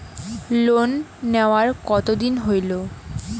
Loan নেওয়ার কতদিন হইল?